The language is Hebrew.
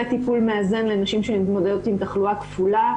זה טיפול מאזן לנשים שהן עם תחלואה כפולה.